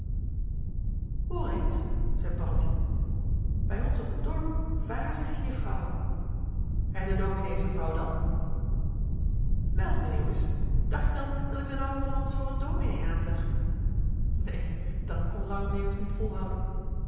eens zei paddeltje bij ons op t dorp varen ze geen juffrouwen en d'n dominee z'n vrouw dan wel meeuwis dacht je dan dat ik d'n ouwe van ons voor een dominee aanzag neen dat kon lange meeuwis niet volhouden